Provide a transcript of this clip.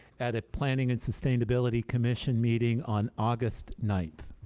at at planning and sustainability commission meeting on august ninth.